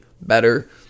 better